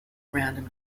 random